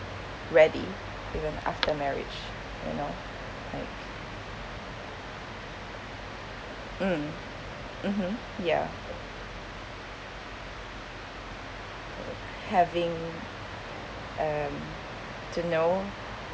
ready even after marriage you know like mm mmhmm ya having um to know